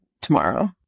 tomorrow